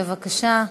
בבקשה.